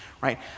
right